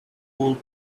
old